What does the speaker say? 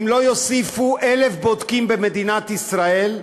אם לא יוסיפו 1,000 בודקים במדינת ישראל,